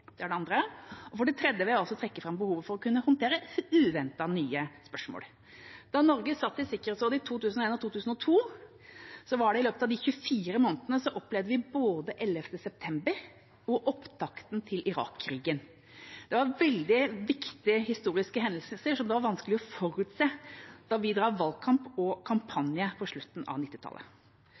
Det er det andre. For det tredje vil jeg trekke fram behovet for å kunne håndtere uventede, nye spørsmål. Da Norge satt i Sikkerhetsrådet i 2001 og 2002, opplevde vi i løpet av de 24 månedene både 11. september og opptakten til Irak-krigen. Det var veldig viktige historiske hendelser som det var vanskelig å forutse da vi drev valgkamp og kampanje på slutten av